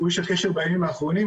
הוא איש הקשר בימים האחרונים,